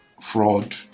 fraud